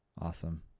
Awesome